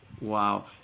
Wow